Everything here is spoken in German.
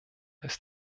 ist